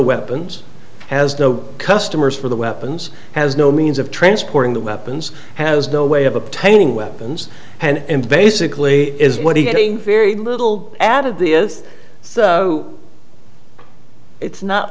weapons has no customers for the weapons has no means of transporting the weapons has no way of obtaining weapons and basically is what are you getting very little added the is so it's not